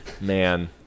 man